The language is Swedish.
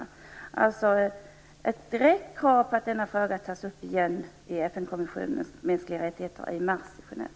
Det bör alltså ställas ett direkt krav att denna fråga tas upp igen i FN-kommissionen för mänskliga rättigheter i Genève i mars.